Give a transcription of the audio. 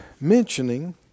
mentioning